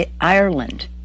Ireland